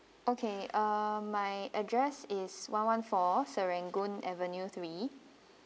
okay um my address is one one four serangoon avenue three